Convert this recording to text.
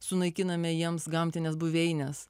sunaikiname jiems gamtines buveines